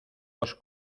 los